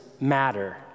matter